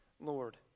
Lord